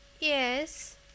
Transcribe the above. Yes